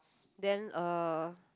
then uh